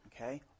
Okay